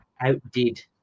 outdid